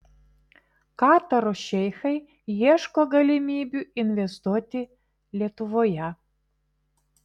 kataro šeichai ieško galimybių investuoti lietuvoje